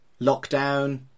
lockdown